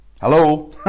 Hello